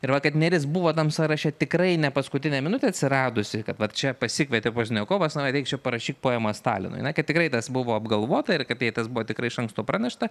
ir va kad nėris buvo tam sąraše tikrai ne paskutinę minutę atsiradusi kad va čia pasikvietė vozniakovas reik čia parašyt poemą stalinui na kad tikrai tas buvo apgalvota ir kad jai tas buvo tikrai iš anksto pranešta